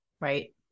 Right